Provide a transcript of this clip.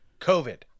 COVID